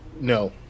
no